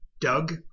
Doug